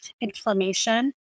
inflammation